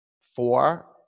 four